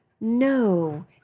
No